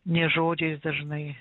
ne žodžiais dažnai